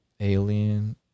Alien